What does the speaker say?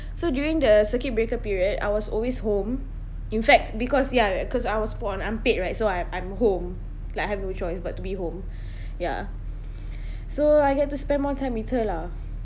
so during the circuit breaker period I was always home in fact because ya cause I was put on unpaid right so I'm I'm home like have no choice but to be home ya so I get to spend more time with her lah